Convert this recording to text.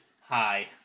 Hi